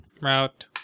Route